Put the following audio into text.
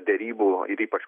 derybų ir ypač